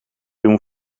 doen